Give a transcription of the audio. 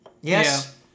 Yes